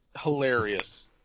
hilarious